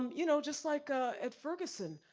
um you know just like ah at ferguson.